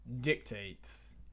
dictates